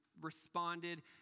responded